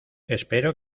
espero